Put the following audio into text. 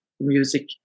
music